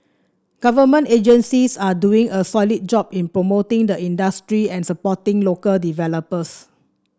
government agencies are doing a solid job in promoting the industry and supporting local developers